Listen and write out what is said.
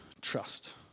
trust